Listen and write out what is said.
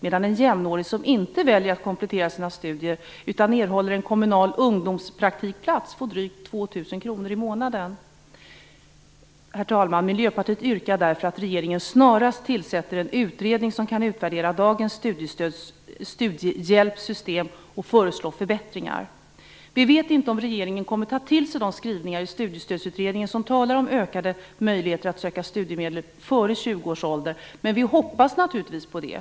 En jämnårig som inte väljer att komplettera sina studier utan erhåller en kommunal ungdomspraktikplats får däremot drygt Herr talman! Miljöpartiet yrkar därför att regeringen snarast tillsätter en utredning som kan utvärdera dagens studiehjälpssystem och föreslå förbättringar. Vi vet inte om regeringen kommer att ta till sig de skrivningar i Studiestödsutredningen där det talas om ökade möjligheter att söka studiemedel före 20 årsåldern, men vi hoppas naturligtvis på det.